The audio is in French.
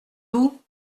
vous